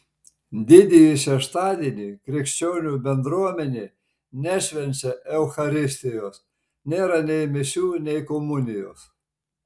didįjį šeštadienį krikščionių bendruomenė nešvenčia eucharistijos nėra nei mišių nei komunijos